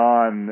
on